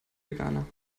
veganer